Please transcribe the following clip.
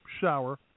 shower